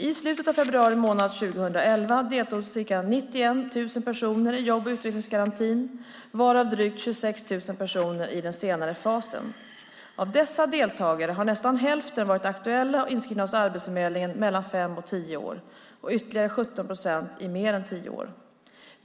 I slutet av februari månad 2011 deltog ca 91 000 personer i jobb och utvecklingsgarantin varav drygt 26 000 personer i den senare fasen. Av dessa deltagare har nästan hälften varit aktuella och inskrivna hos Arbetsförmedlingen mellan fem och tio år och ytterligare 17 procent i mer än tio år.